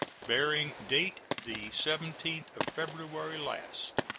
bearing date the seventeenth of february last.